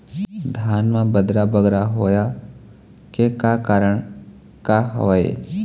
धान म बदरा बगरा होय के का कारण का हवए?